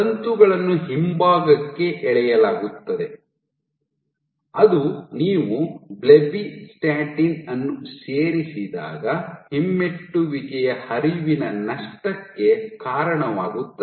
ತಂತುಗಳನ್ನು ಹಿಂಭಾಗಕ್ಕೆ ಎಳೆಯಲಾಗುತ್ತದೆ ಅದು ನೀವು ಬ್ಲೆಬಿಸ್ಟಾಟಿನ್ ಅನ್ನು ಸೇರಿಸಿದಾಗ ಹಿಮ್ಮೆಟ್ಟುವಿಕೆಯ ಹರಿವಿನ ನಷ್ಟಕ್ಕೆ ಕಾರಣವಾಗುತ್ತದೆ